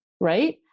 right